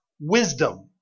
wisdom